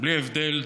בלי הבדל דת,